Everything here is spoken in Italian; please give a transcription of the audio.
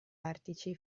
artici